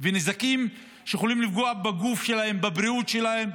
נזקים שיכולים לפגוע בגוף שלהם, בבריאות שלהם?